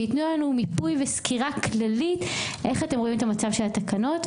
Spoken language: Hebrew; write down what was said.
שיתנו לנו מיפוי וסקירה כללית איך הם רואים את המצב של התקנות.